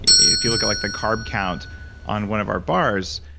if you look at like the carb count on one of our bars,